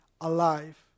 alive